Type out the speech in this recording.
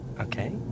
Okay